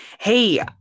hey